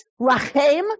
rachem